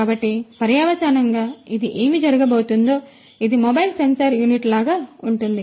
కాబట్టి పర్యవసానంగా ఇది ఏమి జరగబోతోంది ఇది మొబైల్ సెన్సార్ యూనిట్ లాగా ఉంటుంది